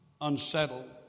unsettled